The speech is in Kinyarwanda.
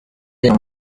ayo